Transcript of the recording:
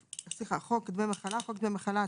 "חוק דמי מחלה" חוק דמי מחלה,